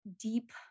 deep